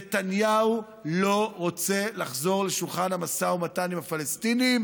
נתניהו לא רוצה לחזור לשולחן המשא ומתן עם הפלסטינים